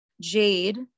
jade